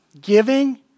giving